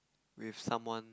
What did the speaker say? with someone